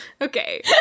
okay